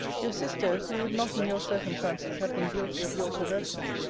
your sister, who would not in your circumstances have been guilty of your perverseness,